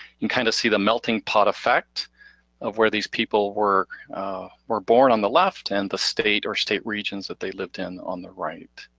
kind of see the melting pot effect of where these people were were born on the left, and the state or state regions that they lived in on the right.